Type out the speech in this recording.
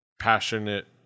passionate